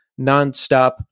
nonstop